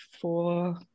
four